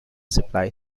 supply